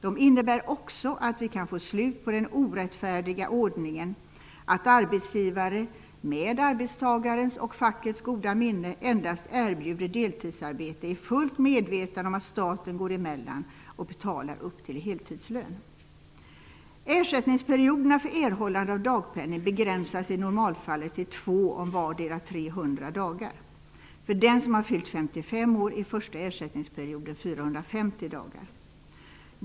De innebär också att vi kan få ett slut på den orättfärdiga ordningen att arbetsgivare -- med arbetstagarens och fackets goda minne -- endast erbjuder deltidsarbete i fullt medvetande om att staten går emellan och betalar upp till heltidslön. Ersättningsperioderna för erhållande av dagpenning begränsas i normalfallet till två om vardera 300 dagar. För den som har fyllt 55 år är den första ersättningperioden 450 dagar.